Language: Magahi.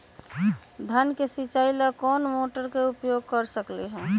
धान के सिचाई ला कोंन मोटर के उपयोग कर सकली ह?